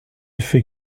fait